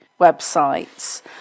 websites